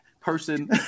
person